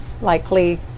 likely